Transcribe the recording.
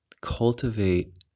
cultivate